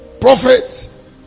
prophets